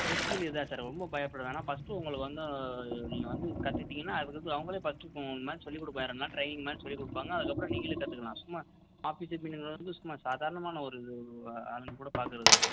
best field இதான் sir ரொம்ப பயப்புட வேணாம் ஃபஸ்ட்டு உங்களுக்கு வந்து நீங்கள் வந்து கத்துக்கிட்டிங்கன்னால் அதுக்கடுத்து அவங்களே ஃபஸ்ட்டு இப்போ மூணு நாள் சொல்லி கொடுப்பேன் ரெண்ட் நாள் ட்ரைனிங் மாதிரி சொல்லி கொடுப்பாங்க அதுக்கப்புறம் நீங்களே கத்துக்கலாம் சும்மா ஆஃபீஸ் அட்மின்ங்கிறது வந்து சும்மா சாதாரணமான ஒரு ஆளுங்க கூட பார்க்கறது தான்